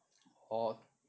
orh